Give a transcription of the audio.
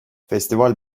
festival